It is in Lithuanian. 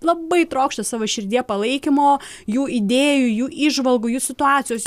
labai trokšta savo širdyje palaikymo jų idėjų jų įžvalgų jų situacijos